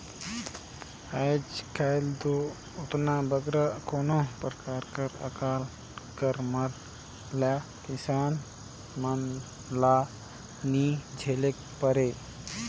आएज काएल दो ओतना बगरा कोनो परकार कर अकाल कर मार ल किसान मन ल नी झेलेक परे